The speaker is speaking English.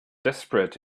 desperate